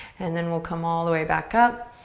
and then we'll come all the way back up.